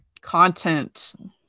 content